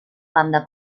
banda